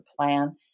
plan